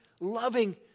loving